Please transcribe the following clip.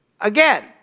Again